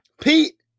Pete